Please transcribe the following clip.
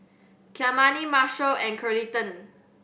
Kymani Marshal and Carleton